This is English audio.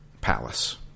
palace